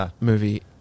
movie